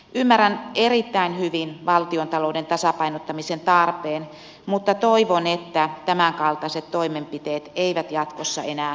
ymmärrän erittäin hyvin valtiontalouden tasapainottamisen tarpeen mutta toivon että tämänkaltaiset toimenpiteet eivät jatkossa enää toistuisi